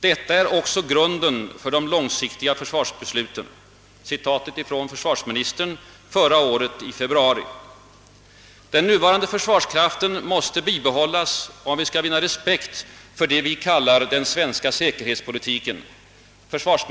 Detta är också grunden för de långsiktiga försvarsbesluten.» Citatet är hämtat från försvarsministern förra året i februari. »Den nuvarande försvarskraften måste bibehållas, om vi skall vinna respekt för det vi kallar den svenska säkerhetspolitiken.»